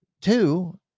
Two